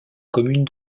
commune